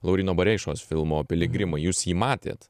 lauryno bareišos filmo piligrimo jūs jį matėt